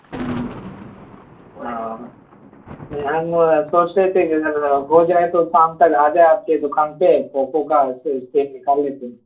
جی نہیں ہم سوچ رہے تھے کہ اگر ہو جائے تو شام تک آ جائیں آپ کی دکان پہ پوپو کا ایک سیٹ نکال لیتے ہیں